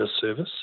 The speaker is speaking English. service